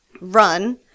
run